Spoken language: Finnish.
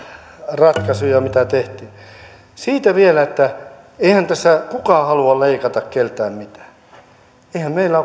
ratkaisuja mitä tehtiin siitä vielä että eihän tässä kukaan halua leikata keltään mitään eihän meillä